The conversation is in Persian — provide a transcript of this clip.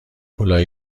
کلاه